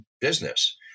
business